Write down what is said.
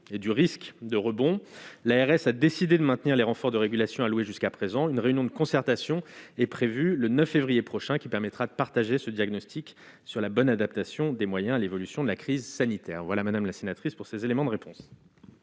et du risque de rebond, l'ARS a décidé de maintenir les renforts de régulation a loué jusqu'à présent, une réunion de concertation est prévue le 9 février prochain qui permettra de partager ce diagnostic sur la bonne adaptation des moyens : l'évolution de la crise sanitaire voilà madame la sénatrice pour ces éléments de réponse.